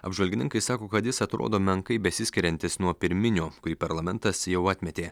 apžvalgininkai sako kad jis atrodo menkai besiskiriantis nuo pirminio kurį parlamentas jau atmetė